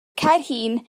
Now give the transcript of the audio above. caerhun